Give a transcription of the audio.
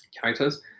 characters